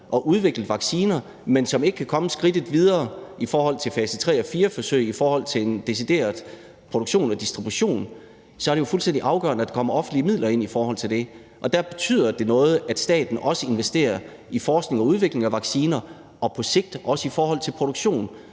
og udviklet vacciner, men som ikke kan komme skridtet videre i forhold til fase tre- og fire-forsøg og en decideret produktion og distribution, så er det jo fuldstændig afgørende, at der kommer offentlige midler ind i forhold til det, og der betyder det også noget, at staten investerer i forskning og udvikling af vacciner og på sigt også i forhold til produktion.